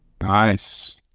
Nice